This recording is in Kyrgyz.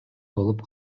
болуп